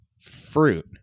fruit